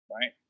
Right